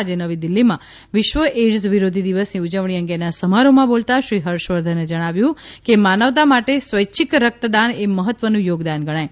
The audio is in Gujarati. આજે નવી દિલ્હીમાં વિશ્વ એઇડસ વિરોધી દિવસની ઉજવણી અંગેના સમારોહમાં બોલતાં શ્રી હર્ષવર્ધને જણાવ્યું કે માનવતા માટે સ્વૈચ્છિક રકતદાન એ મહત્વનું થોગદાન ગણાય